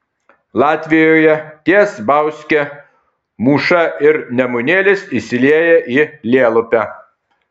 latvijoje ties bauske mūša ir nemunėlis įsilieja į lielupę